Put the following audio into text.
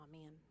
Amen